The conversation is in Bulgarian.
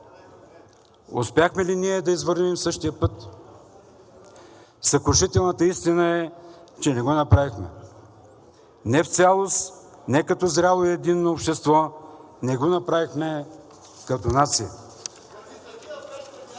Успяхме ли ние да извървим същия път? Съкрушителната истина е, че не го направихме – не в цялост, не като зряло и единно общество, не го направихме като нация.